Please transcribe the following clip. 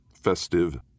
festive